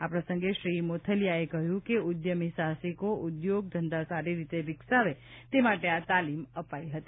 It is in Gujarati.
આ પ્રસંગે શ્રી મોથલિયાએ કહ્યું કે ઉદ્યમી સાહસિકો ઉદ્યોગ ધંધા સારી રીતે વિકસાવે તે માટે આ તાલિમ અપાઈ હતી